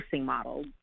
model